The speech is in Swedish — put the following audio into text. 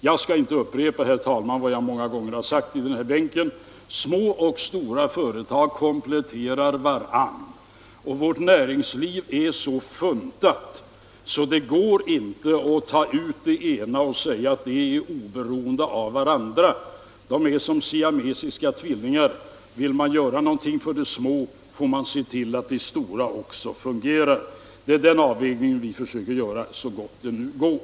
Jag skall bara i korthet, herr talman, upprepa vad jag många gånger sagt i den här bänken: Små och stora företag kompletterar varandra, och vårt näringsliv är så funtat att det inte går att säga att den ena typen av företag är oberoende av den andra. De är som siamesiska tvillingar — vill man göra någonting för de små, får man se till att de stora också fungerar. Det är den avvägningen vi försöker göra så gott det nu går.